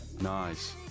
Nice